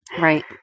Right